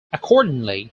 accordingly